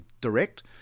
direct